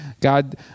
God